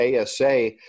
ASA